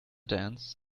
dance